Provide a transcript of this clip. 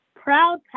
proud